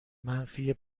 منفی